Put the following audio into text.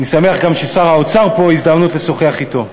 אני שמח שגם שר האוצר פה, זו הזדמנות לשוחח אתו.